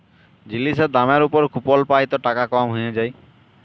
জিলিসের দামের উপর কুপল পাই ত টাকা কম হ্যঁয়ে যায়